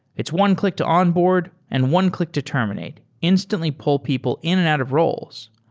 it's one click to onboard and one click to terminate. instantly pull people in and out of roles.